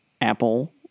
Apple